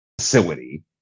facility